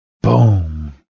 Boom